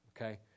Okay